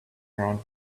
around